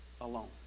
alone